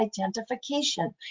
identification